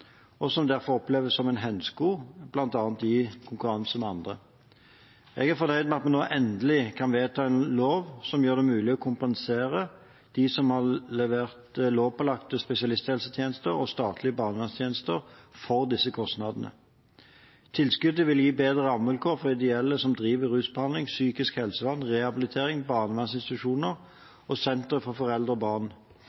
og som derfor oppleves som en hemsko bl.a. i konkurranse med andre. Jeg er fornøyd med at vi nå endelig kan vedta en lov som gjør det mulig å kompensere dem som har levert lovpålagte spesialisthelsetjenester og statlige barnevernstjenester, for disse kostnadene. Tilskuddet vil gi bedre rammevilkår for ideelle som driver rusbehandling, psykisk helsevern, rehabilitering, barnevernsinstitusjoner